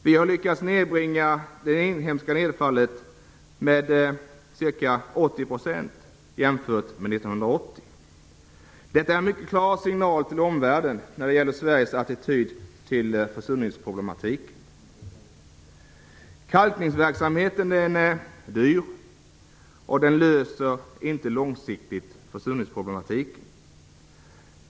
Vi har lyckats nedbringa det inhemska nedfallet med ca 80 % jämfört med 1980. Detta är en mycket klar signal till omvärlden vad gäller Sveriges attityd till försurningsproblemen. Kalkningsverksamheten är dyr och löser inte försurningsproblemen på lång sikt.